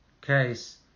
case